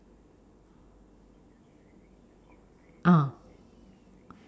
uh